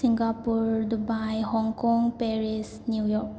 Singapore Dubai Hong Kong Paris New York